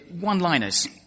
one-liners